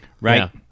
right